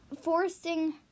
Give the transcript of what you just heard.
forcing